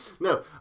No